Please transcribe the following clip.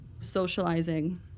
socializing